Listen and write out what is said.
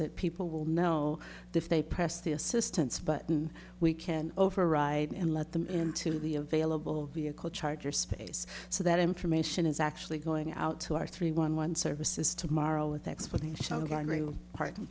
that people will know if they press the assistance button we can override and let them into the available vehicle charger space so that information is actually going out to our three one one services tomorrow with explanation